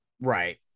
right